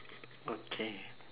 okay